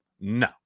No